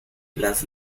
las